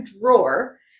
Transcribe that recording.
drawer